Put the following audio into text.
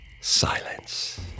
silence